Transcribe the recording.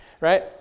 right